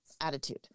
attitude